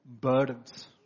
burdens